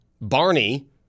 barney